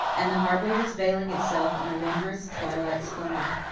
and the harbour was veiling itself in a wondrous twilight splendour.